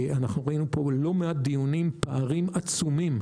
ראינו פה לא מעט פערים, בדיונים,